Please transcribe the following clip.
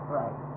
right